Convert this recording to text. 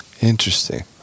Interesting